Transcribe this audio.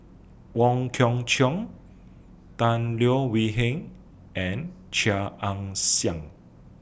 Wong Kwei Cheong Tan Leo Wee Hin and Chia Ann Siang